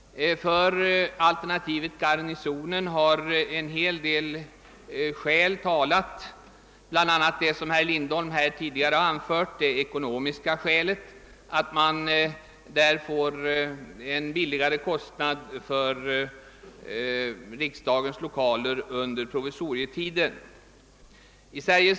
För alternativet Garnisonen har en hel del skäl talat, bl.a. det som herr Lindholm anförde — det ekonomiska. Om vi stannar för alternativet Garnisonen blir kostnaderna för riksdagens lokaler under provisorietiden lägre.